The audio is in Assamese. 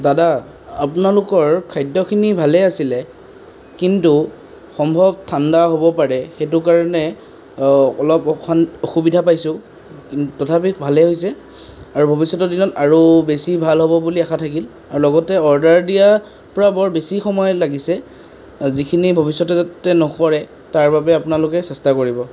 দাদা আপোনালোকৰ খাদ্যখিনি ভালেই আছিলে কিন্তু সম্ভৱ ঠাণ্ডা হ'ব পাৰে সেইটো কাৰণে অলপ অসুবিধা পাইছোঁ তথাপি ভালেই হৈছে আৰু ভৱিষ্যতৰ দিনত আৰু বেছি ভাল হ'ব বুলি আশা থাকিল আৰু লগতে অৰ্ডাৰ দিয়াৰপৰা বৰ বেছি সময় লাগিছে যিখিনি ভৱিষ্যতে যাতে নকৰে তাৰ বাবে আপোনালোকে চেষ্টা কৰিব